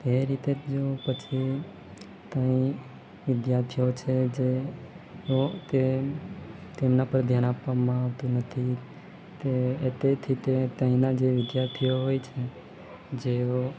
તે રીતે જો પછી ત્યાં વિદ્યાર્થીઓ છે જે ઓ તે તેમના પર ધ્યાન આપવામાં આવતું નથી તે એ તેથી તે ત્યાંના જે વિદ્યાર્થીઓ હોય છે જેઓ